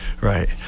Right